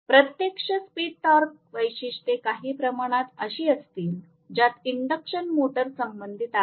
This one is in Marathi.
प्रत्यक्ष स्पीड टॉर्क वैशिष्ट्ये काही प्रमाणात अशी असतील ज्यात इंडक्शन मोटर संबंधित आहे